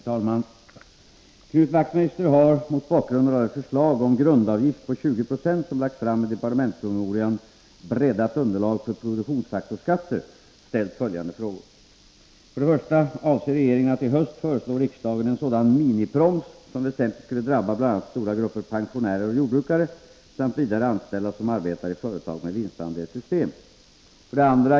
Herr talman! Knut Wachtmeister har — mot bakgrund av det förslag om grundavgift på 20 20 som lagts fram i departementspromemorian Breddat underlag för produktionsfaktorskatter — ställt följande frågor. 1. Avser regeringen att i höst föreslå riksdagen en sådan miniproms som väsentligt skulle drabba bl.a. stora grupper pensionärer och jordbrukare samt vidare anställda som arbetar i företag med vinstandelssystem? 2.